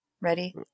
ready